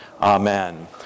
Amen